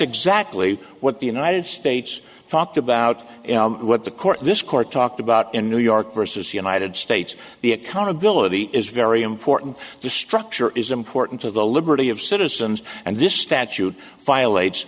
exactly what the united states talked about what the court this court talked about in new york versus the united states the accountability is very important the structure is important to the liberty of citizens and this statute